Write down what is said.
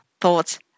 thoughts